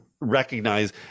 recognize